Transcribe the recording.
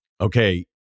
okay